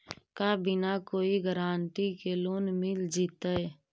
का बिना कोई गारंटी के लोन मिल जीईतै?